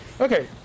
Okay